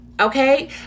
Okay